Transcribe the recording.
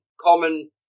common